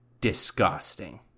disgusting